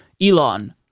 Elon